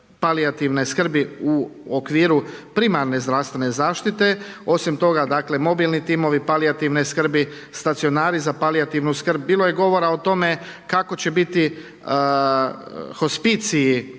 palijativne skrbi u okviru primarne zdravstvene zaštite osim toga mobilni timovi palijativne skrbi, stacionari za palijativnu skrb. Bilo je govora o tome kako će biti hospiciji